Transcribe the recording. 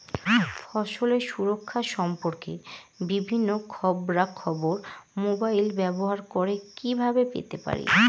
ফসলের সুরক্ষা সম্পর্কে বিভিন্ন খবরা খবর মোবাইল ব্যবহার করে কিভাবে পেতে পারি?